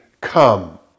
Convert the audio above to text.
come